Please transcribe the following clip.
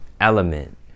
element